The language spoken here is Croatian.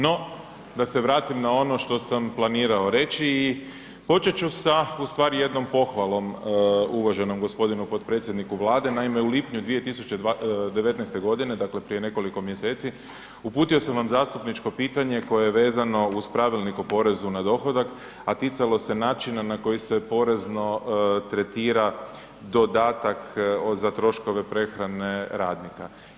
No, da se vratim na ono što sam planirao reći i početi ću sa ustvari jednom pohvalom, uvaženom g. potpredsjedniku Vlade, naime u lipnju 2019. godine, dakle prije nekoliko mjeseci uputio sam vam zastupničko pitanje koje je vezano uz Pravilnik o porezu na dohodak a ticalo se načina na koji se porezno tretira dodatak za troškove prehrane radnika.